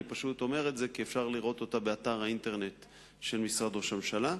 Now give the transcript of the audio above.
אני אומר את זה כי אפשר לראות אותה באתר האינטרנט של משרד ראש הממשלה.